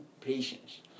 patients